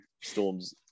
storms